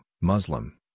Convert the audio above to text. Muslim